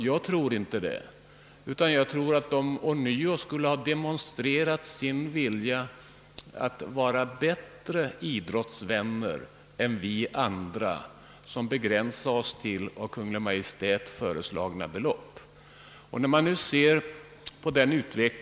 Jag tror inte det, utan jag tror att de fortfarande skulle demonstrera sin vilja att vara bättre idrottsvänner än vi andra som begränsar oss till av Kungl. Maj:t föreslagna belopp.